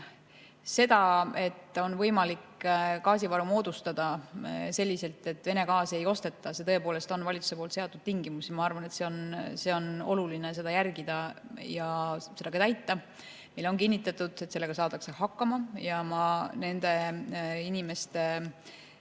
See, et oleks võimalik gaasivaru moodustada selliselt, et Vene gaasi ei osteta, on tõepoolest valitsuse seatud tingimus. Ma arvan, et on oluline seda järgida ja täita. Meile on kinnitatud, et sellega saadakse hakkama, ja nende inimeste